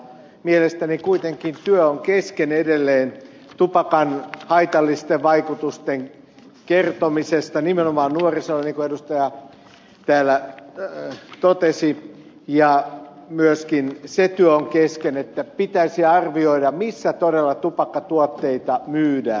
mielestäni kuitenkin työ on kesken edelleen tupakan haitallisten vaikutusten kertomisesta nimenomaan nuorisolle niin kuin edustaja täällä totesi ja myöskin se työ on kesken että pitäisi arvioida missä todella tupakkatuotteita myydään